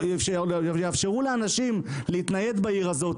שיאפשרו לאנשים להתנייד בעיר הזאת,